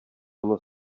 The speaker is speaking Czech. ono